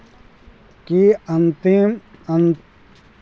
की अन्तिम अन